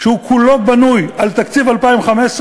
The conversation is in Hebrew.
שהוא כולו בנוי על תקציב 2015,